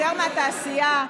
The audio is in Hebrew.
יותר מהתעשייה,